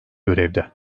görevde